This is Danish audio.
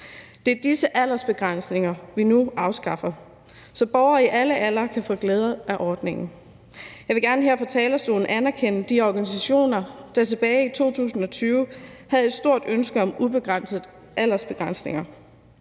Det er disse aldersbegrænsninger, vi nu afskaffer, så borgere i alle aldre kan få glæde af ordningen. Jeg vil gerne her fra talerstolen anerkende de organisationer, der tilbage i 2020 udtrykte et stort ønske om at få fjernet aldersbegrænsningerne.